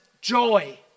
joy